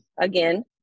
Again